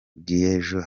bw’ejo